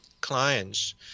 clients